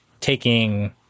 taking